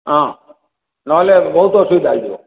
ହଁ ନହେଲେ ବହୁତ ଅସୁବିଧା ହେଇଯିବ